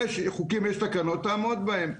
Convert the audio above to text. יש חוקים ויש תקנות תעמוד בהם.